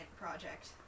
project